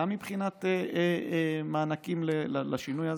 גם מבחינת מענקים לשינוי הזה.